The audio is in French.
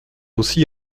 aussi